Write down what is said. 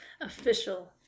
Official